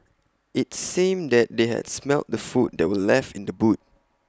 IT seemed that they had smelt the food that were left in the boot